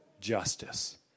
justice